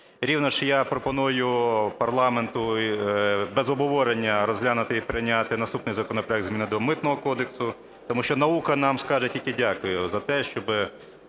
Рівно ж, я пропоную парламенту без обговорення розглянути і прийняти наступний законопроект – зміни до Митного кодексу. Тому що наука нам скаже тільки "дякую" за те, що